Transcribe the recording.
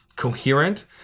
coherent